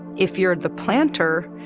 if you're the planter,